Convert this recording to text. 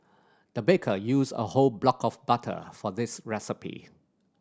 the baker used a whole block of butter for this recipe